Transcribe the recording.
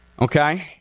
Okay